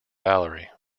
valerie